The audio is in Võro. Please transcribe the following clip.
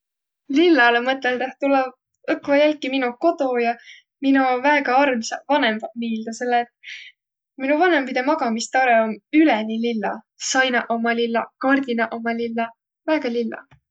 Lillalõ mõtldõh tulõ õkva jälki mino kodo ja mino väega armasaq vanõmbaq miilde, selle et mino vanõmbidõ magamistarõ om üleni lilla. Sainaq ommaq lillaq, kardinaq ommaq lillaq, väega lilla.